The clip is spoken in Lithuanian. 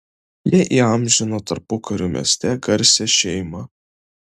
jie įamžino tarpukariu mieste garsią šeimą